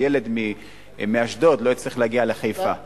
שילד מאשדוד לא יצטרך להגיע לחיפה.